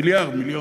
מיליארד, מיליון.